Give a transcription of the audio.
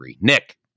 Nick